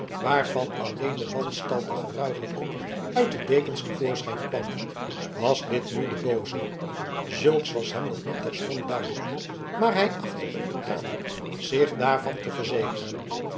waarvan alleen de wanstaltige ruige kop uit de dekens te voorschijn kwam was dit nu de booze zulks was hem nog niet terstond duidelijk maar hij achtte het betamelijk zich daarvan te verzekeren